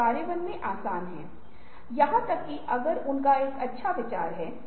आप सवाल नहीं पूछ रहे हैं ग्लास दिलचस्प क्यों नहीं है